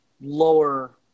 lower